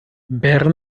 bern